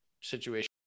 situation